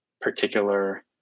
particular